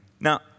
Now